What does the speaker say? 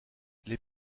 les